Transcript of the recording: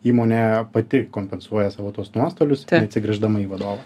įmonė pati kompensuoja savo tuos nuostolius atsigręždama į vadovą